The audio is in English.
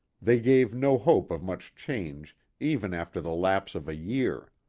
they gave no hope of much change even after the lapse of a year.